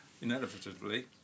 Inevitably